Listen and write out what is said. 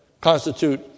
constitute